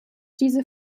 diese